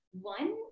one